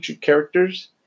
characters